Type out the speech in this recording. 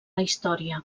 història